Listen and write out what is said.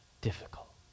difficult